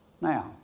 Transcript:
Now